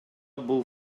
бул